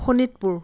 Sonitpur